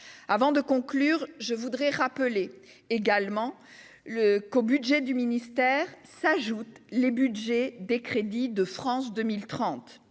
Avant de conclure, je voudrais rappeler qu'au budget du ministère s'ajoutent les crédits de France 2030.